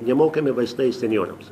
nemokami vaistai senjorems